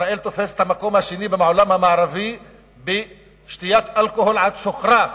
ישראל תופסת את המקום השני בעולם המערבי בשתיית אלכוהול עד שוכרה.